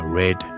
red